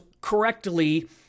correctly